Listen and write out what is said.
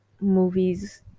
movies